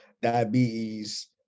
diabetes